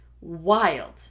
wild